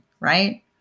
Right